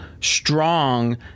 strong